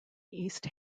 east